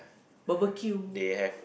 barbecue